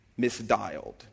misdialed